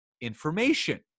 information